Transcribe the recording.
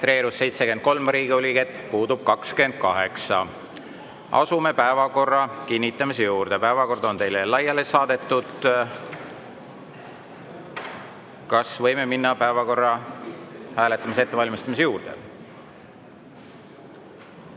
Riigikogu liiget, puudub 28.Asume päevakorra kinnitamise juurde, päevakord on teile laiali saadetud. Kas võime minna päevakorra hääletamise ettevalmistamise juurde?